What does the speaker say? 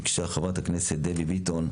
ביקשה חברת הכנסת דבי ביטון,